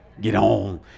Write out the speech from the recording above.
Get-on